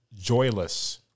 Joyless